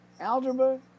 Algebra